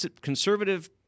conservative